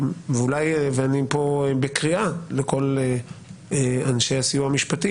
ואני פה בקריאה לכל אנשי הסיוע המשפטי